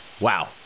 Wow